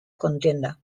contienda